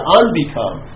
unbecome